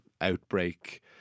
outbreak